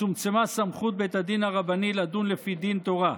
צומצמה סמכות בית הדין הרבני לדון לפי דין תורה.